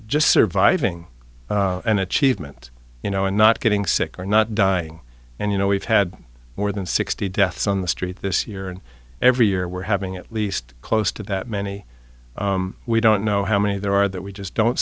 just surviving an achievement you know and not getting sick or not dying and you know we've had more than sixty deaths on the street this year and every year we're having at least close to that many we don't know how many there are that we just don't